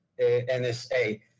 NSA